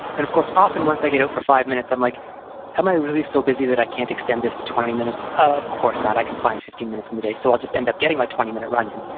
and of course often once i get out for five minutes, i'm like, how am i really so busy that i can't extend this to twenty minutes? of course not. i can find fifteen minutes in the day. so i'll just end up getting my twenty minute running.